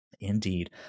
Indeed